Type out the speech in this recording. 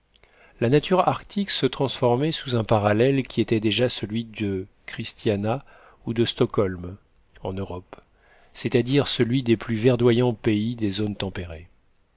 la nature arctique se transformait sous un parallèle qui était déjà celui de christiana ou de stockholm en europe c'est-à-dire celui des plus verdoyants pays des zones tempérées